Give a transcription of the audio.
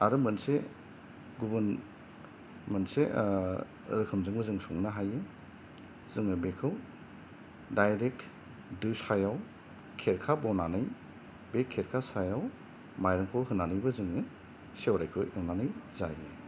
आरो मोनसे गुबुन मोनसे रोखोमजोंबो जों संनो हायो जोङो बेखौ डाइरेक्ट दो सायाव खेरखा बनानै बे खेरखा सायाव माइरंखौ होनानैबो जोङो सेवराइखौ एवनानै जायो